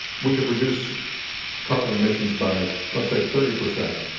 we could reduce carbon emissions by let's say thirty percent